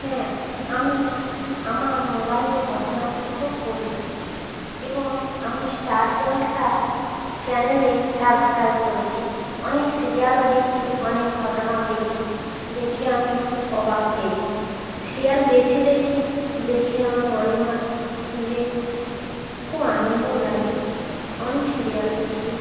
হ্যাঁ আমি আমার মোবাইলে ঘটনাচক্র পড়ি এবং আমি স্টার জলসা চ্যানেলে সাবস্ক্রাইব করেছি অনেক সিরিয়ালও দেখি অনেক ঘটনাও দেখি দেখে আমি অবাক হয়ে যাই সিরিয়াল বেশি দেখি দেখে আমার মনে হয় যে খুব আনন্দও লাগে অনেক সিরিয়াল দেখি